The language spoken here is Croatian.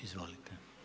Izvolite.